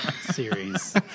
series